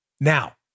Now